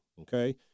Okay